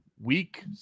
week